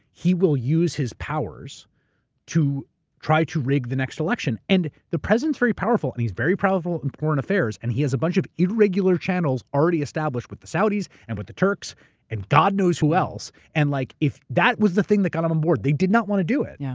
he will use his powers to try to rig the next election. and the president's very powerful and he's very powerful in foreign affairs, and he has a bunch of irregular channels already established with the saudis and with the turks and god knows who else. and like that was the thing that got them on board. they did not want to do it. yeah